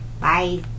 Bye